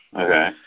okay